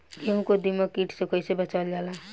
गेहूँ को दिमक किट से कइसे बचावल जाला?